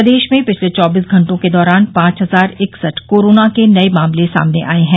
प्रदेश में पिछले चौबीस घटों के दौरान पांच हजार इकसठ कोरोना के नये मामले आये हैं